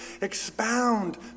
expound